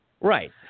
Right